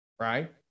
right